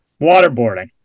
Waterboarding